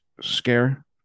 scare